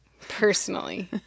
personally